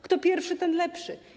Kto pierwszy, ten lepszy.